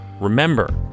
Remember